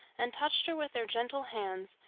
and touched her with their gentle hands,